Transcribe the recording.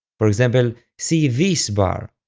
for example, see this bar,